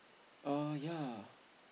ah yea